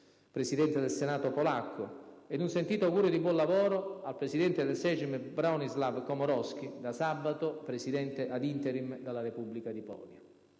presidente del Senato polacco, ed un sentito augurio di buon lavoro al presidente del Sejm Bronislaw Komorowski, da sabato Presidente *ad interim* della Repubblica di Polonia.